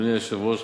אדוני היושב-ראש,